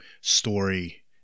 story